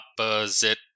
opposite